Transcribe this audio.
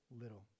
little